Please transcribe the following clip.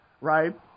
Right